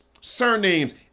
surnames